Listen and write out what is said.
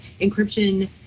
encryption